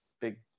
big